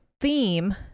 theme